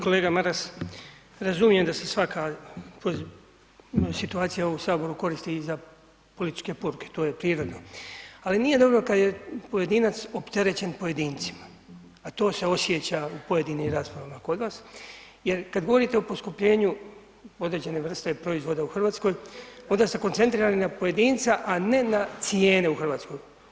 Kolega Maras, razumijem da se svaka situacija u saboru koristi i za političke poruke, to je prirodno ali nije dobro kad je pojedinac opterećen pojedincima a to se osjeća u pojedinim raspravama kod vas jer kad govorite o poskupljenju određene vrste proizvoda u Hrvatskoj onda ste koncentrirani na pojedinca a ne na cijene u Hrvatskoj.